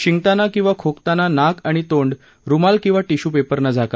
शिंकताना किंवा खोकताना नाक आणि तोंड रुमाल किंवा शिियू पेपरनं झाका